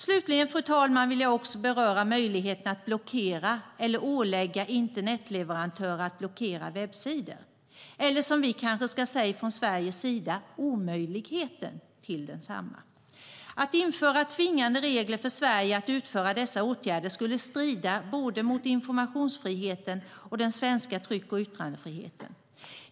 Slutligen, fru talman, vill jag också beröra möjligheten att blockera eller att ålägga internetleverantörer att blockera webbsidor. Eller som vi kanske ska säga från Sveriges sida: omöjligheten till detsamma. Att införa tvingande regler för Sverige att utföra dessa åtgärder skulle strida mot både informationsfriheten och den svenska tryck och yttrandefriheten.